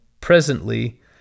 presently